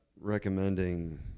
recommending